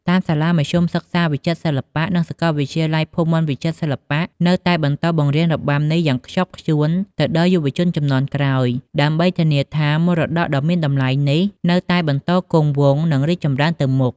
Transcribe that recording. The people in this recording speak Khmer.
តាមសាលាមធ្យមសិក្សាវិចិត្រសិល្បៈ និងសាកលវិទ្យាល័យភូមិន្ទវិចិត្រសិល្បៈ នៅតែបន្តបង្រៀនរបាំនេះយ៉ាងខ្ជាប់ខ្ជួនទៅដល់យុវជនជំនាន់ក្រោយ ដើម្បីធានាថា មរតកដ៏មានតម្លៃនេះនៅតែបន្តគង់វង្ស និងរីកចម្រើនទៅមុខ។